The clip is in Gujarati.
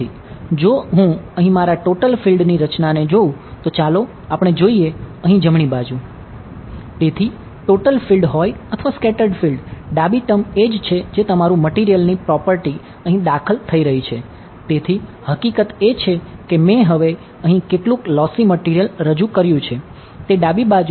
જો હું અહીં મારા ટોટલ ફિલ્ડ ની રચનાને જોઉં તો ચાલો આપણે જોઈએ અહીં જમણી બાજુ